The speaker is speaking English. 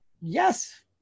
Yes